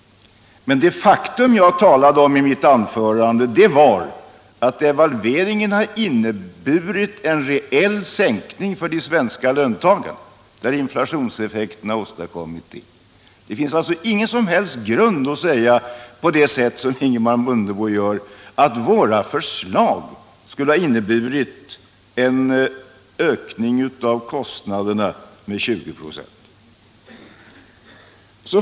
Men det faktum jag talade om var att devalveringarna har inneburit en reell standardsänkning för de svenska löntagarna — inflationseffekten har åstadkommit detta. Det finns ingen som helst grund för att säga som Ingemar Mundebo gör att våra förslag skulle ha inneburit en ökning av kostnaderna med 20 2.